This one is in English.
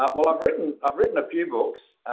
but well, i've written i've written a few books.